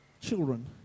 children